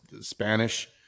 Spanish